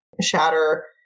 Shatter